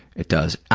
it does.